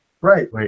Right